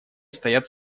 стоят